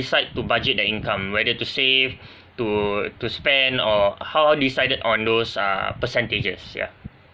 decide to budget the income whether to save to to spend or how you decided on those uh percentages ya